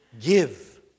give